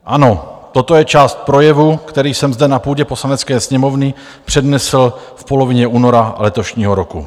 Ano, toto je část projevu, který jsem zde na půdě Poslanecké sněmovny přednesl v polovině února letošního roku.